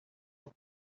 not